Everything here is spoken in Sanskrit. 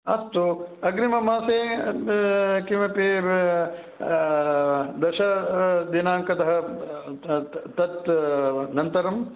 अस्तु अग्रिममासे किमपि दश दिनाङ्कतः तत् अनन्तरम्